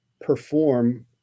perform